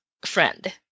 friend